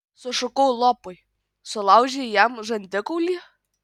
sušukau lopui sulaužei jam žandikaulį